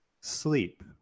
sleep